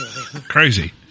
Crazy